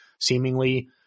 seemingly